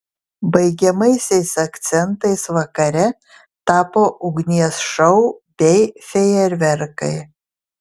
baigiamaisiais akcentais vakare tapo ugnies šou bei fejerverkai